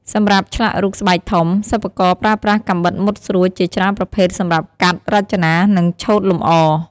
សម្រាប់ឆ្លាក់រូបស្បែកធំ សិប្បករប្រើប្រាស់កាំបិតមុតស្រួចជាច្រើនប្រភេទសម្រាប់កាត់ រចនា និងឆូតលម្អ។